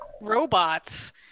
robots